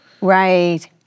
Right